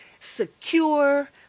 secure